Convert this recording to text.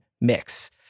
mix